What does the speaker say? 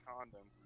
Condom